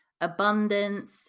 abundance